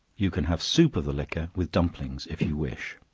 you can have soup of the liquor, with dumplings, if you wish.